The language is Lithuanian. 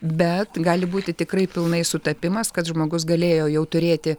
bet gali būti tikrai pilnai sutapimas kad žmogus galėjo jau turėti